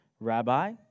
Rabbi